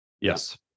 yes